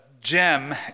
gem